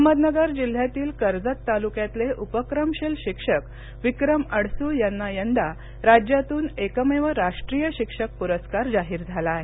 अहमदनगर जिल्ह्यातील कर्जत तालुक्यातले उपक्रमशील शिक्षक विक्रम अडसूळ यांना यंदा राज्यातून एकमेव राष्ट्रीय शिक्षक प्रस्कार जाहीर झाला आहे